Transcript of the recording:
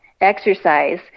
exercise